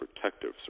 protective